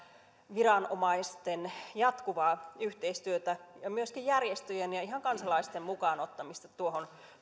viranomaisten saumatonta jatkuvaa yhteistyötä ja myöskin järjestöjen ja ihan kansalaisten mukaan ottamista tuohon